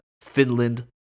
Finland